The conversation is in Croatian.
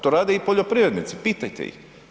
To rade i poljoprivrednici, pitajte ih.